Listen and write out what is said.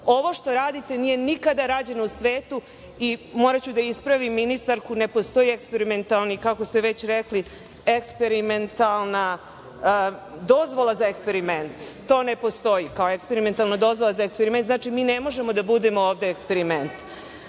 Ovo što radite nije nikada rađeno u svetu. I moraću da ispravim ministarku, ne postoji, kako ste već rekli, eksperimentalna dozvola za eksperiment. To ne postoji, kao eksperimentalna dozvola za eksperiment. Znači, mi ne možemo da budemo ovde eksperiment. Što